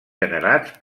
generats